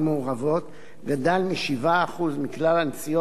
גדל מ-7% מכלל הנסיעות בתחבורה ציבורית